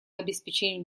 обеспечению